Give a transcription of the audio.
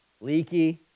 leaky